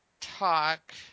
talk